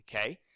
okay